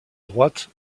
droite